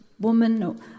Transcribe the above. woman